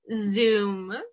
Zoom